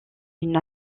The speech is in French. une